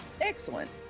excellent